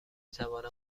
توانم